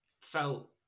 felt